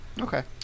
Okay